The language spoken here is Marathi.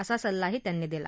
असा सल्लाही त्यांनी दिला